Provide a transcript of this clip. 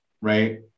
right